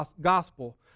gospel